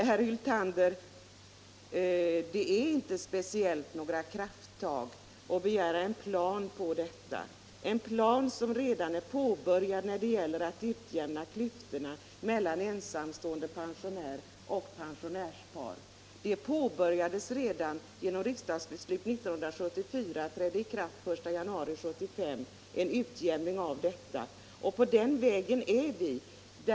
Herr Hyltander, det är inte speciellt några krafttag att begära en plan på detta — en plan som redan är påbörjad när det gäller att utjämna klyftorna mellan ensamstående pensionärer och pensionärspar. Detta påbörjades redan genom riksdagsbeslut 1974, som trädde i kraft den 1 januari 1975. På den vägen är vi.